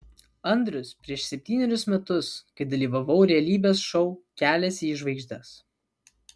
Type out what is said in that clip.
andrius prieš septynerius metus kai dalyvavau realybės šou kelias į žvaigždes